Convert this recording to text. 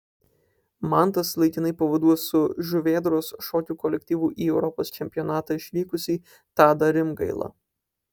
mantas laikinai pavaduos su žuvėdros šokių kolektyvu į europos čempionatą išvykusi tadą rimgailą